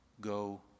Go